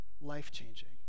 life-changing